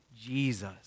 Jesus